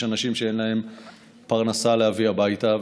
יש אנשים שאין להם פרנסה להביא הביתה,